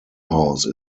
house